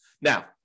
Now